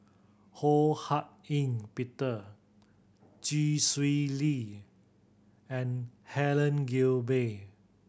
Ho Hak Ean Peter Chee Swee Lee and Helen Gilbey